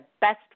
best